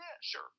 sure